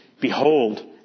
Behold